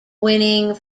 winning